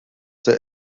der